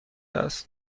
است